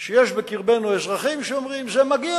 שיש בקרבנו אזרחים שאומרים: זה מגיע